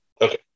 Okay